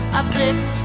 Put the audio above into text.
uplift